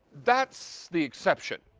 that's the exception.